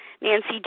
Nancy